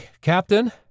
Captain